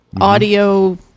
audio